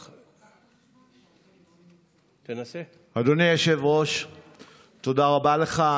תודה רבה לך.